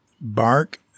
bark